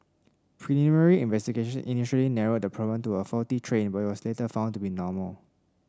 preliminary investigation initially narrowed the problem to a faulty train but it was later found to be normal